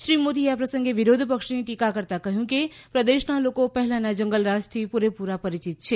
શ્રી મોદીએ આ પ્રસંગે વિરોધપક્ષની ટીકા કરતાં કહ્યું કે પ્રદેશના લોકો પહેલાના જંગલરાજથી પૂરેપૂરા પરિચિત છે